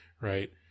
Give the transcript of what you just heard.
Right